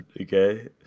okay